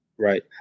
Right